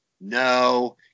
no